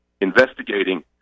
investigating